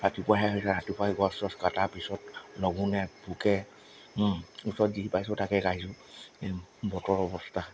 ৰাতিপুৱাহে আহিছে ৰাতিপুৱা আহি গছ চছ কাটাৰ পিছত লঘোনে ভোকে ওচৰত যি পাইছোঁ তাকে খাইছোঁ বতৰৰ অৱস্থা